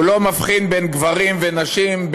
הוא לא מבחין בין גברים לנשים,